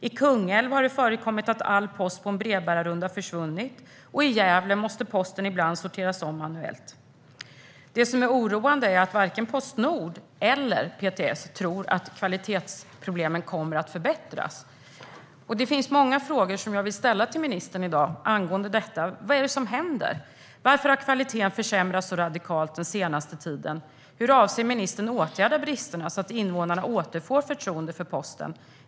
I Kungälv har det förekommit att all post på en brevbärarrunda har försvunnit, och i Gävle måste posten ibland sorteras om manuellt. Det som är oroande är att varken Postnord eller PTS tror att det kommer att bli en förbättring när det gäller kvalitetsproblemen. Det finns många frågor som jag vill ställa till ministern i dag angående detta. Vad är det som händer? Varför har kvaliteten försämrats radikalt den senaste tiden? Hur avser ministern att åtgärda bristerna, så att invånarna återfår förtroendet för posten?